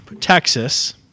Texas